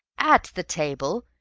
at the table!